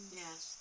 yes